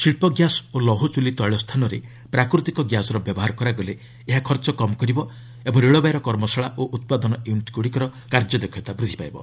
ଶିଳ୍ପ ଗ୍ୟାସ୍ ଓ ଲୌହ ଚୂଲି ତୈଳ ସ୍ଥାନରେ ପ୍ରାକୃତିକ ଗ୍ୟାସର ବ୍ୟବହାର କରାଗଲେ ଏହା ଖର୍ଚ୍ଚ କମ୍ କରିବ ଓ ରେଳବାଇର କର୍ମଶଳା ଓ ଉତ୍ପାଦନ ୟୁନିଟ୍ଗୁଡ଼ିକର କାର୍ଯ୍ୟଦକ୍ଷତା ବୃଦ୍ଧି ପାଇବ